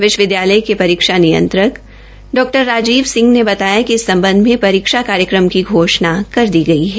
विश्वविदयालय के परीक्षा नियंत्रक डॉ राजीव सिंह ने बताया कि इस संबंध में परीक्षा कार्यक्रम की घोषणा कर दी गई है